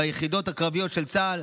ביחידות הקרביות של צה"ל,